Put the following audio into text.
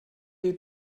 die